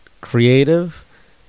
creative